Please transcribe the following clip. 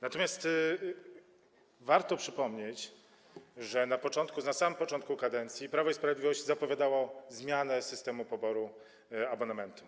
Natomiast warto przypomnieć, że na samym początku kadencji Prawo i Sprawiedliwość zapowiadało zmianę systemu poboru abonamentu.